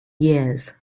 years